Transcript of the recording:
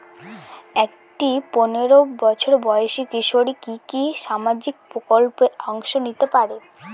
একটি পোনেরো বছর বয়সি কিশোরী কি কি সামাজিক প্রকল্পে অংশ নিতে পারে?